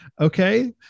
okay